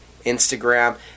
Instagram